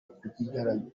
kugirango